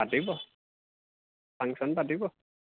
পাতিব ফাংচন পাতিব